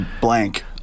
blank